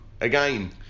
again